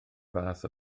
fath